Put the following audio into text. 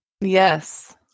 Yes